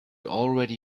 already